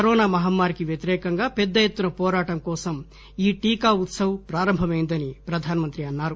corona మమ్మారికి వ్యతిరేకంగా పెద్ద ఎత్తున వోరాటం కోసం ఈ టీకా ఉత్సవ్ ప్రారంభమైందని ప్రధాని అన్నారు